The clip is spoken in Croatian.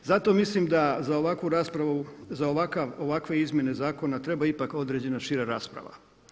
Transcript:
Zato mislim da za ovakvu raspravu, za ovakve izmjene zakona treba ipak određena šira rasprava.